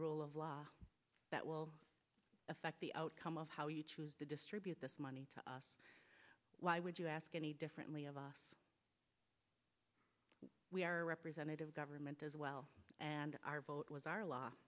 rule of law that will affect the outcome of how you to distribute this money to us why would you ask any differently we are a representative government as well and our vote was our law